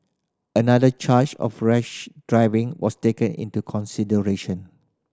another charge of rash driving was taken into consideration